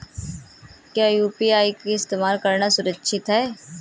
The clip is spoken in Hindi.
क्या यू.पी.आई का इस्तेमाल करना सुरक्षित है?